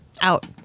Out